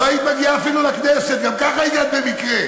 לא היית מגיעה אפילו לכנסת, גם ככה הגעת במקרה.